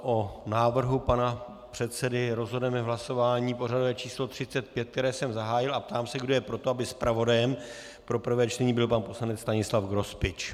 O návrhu pana předsedy rozhodneme v hlasování pořadové číslo 35, které jsem zahájil, a ptám se, kdo je pro to, aby zpravodajem pro prvé čtení byl pan poslanec Stanislav Grospič.